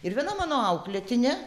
ir viena mano auklėtinė